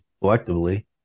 collectively